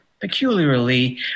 peculiarly